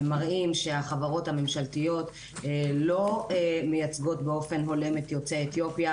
הם מראים שהחברות הממשלתיות לא מייצגות באופן הולם את יוצאי אתיופיה,